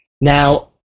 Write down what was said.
Now